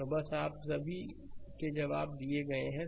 तो बस आप सभी के जवाब दिए गए हैं